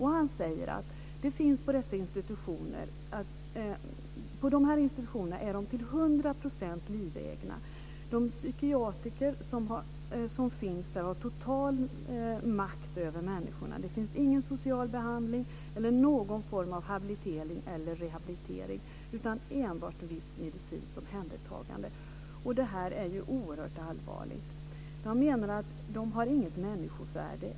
Han säger att de på de här institutionerna till hundra procent är livegna. De psykiatrer som finns där har total makt över människorna. Det finns ingen social behandling eller någon form av habilitering eller rehabilitering utan enbart ett visst medicinskt omhändertagande. Och det här är ju oerhört allvarligt. De menar att de inte har något människovärde.